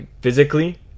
physically